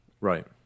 Right